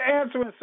answering